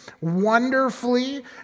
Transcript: wonderfully